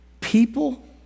People